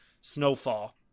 Snowfall